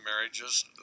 marriages